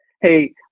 hey